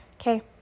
Okay